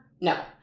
No